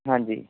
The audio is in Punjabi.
ਹਾਂਜੀ